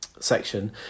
Section